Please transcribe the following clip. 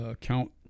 count